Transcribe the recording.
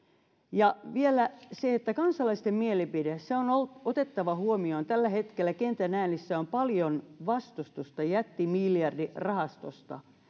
ja vielä se että kansalaisten mielipide on otettava huomioon tällä hetkellä kentän äänissä on paljon vastustusta jättimiljardirahastolle